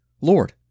Lord